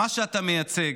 על מה שאתה מייצג.